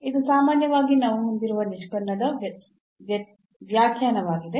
ಇದು ಸಾಮಾನ್ಯವಾಗಿ ನಾವು ಹೊಂದಿರುವ ನಿಷ್ಪನ್ನದ ವ್ಯಾಖ್ಯಾನವಾಗಿದೆ